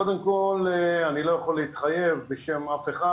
קודם כל אני לא יכול להתחייב בשם אף אחד,